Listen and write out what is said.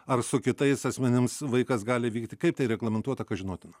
ar su kitais asmenims vaikas gali vykti kaip tai reglamentuota kas žinotina